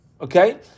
Okay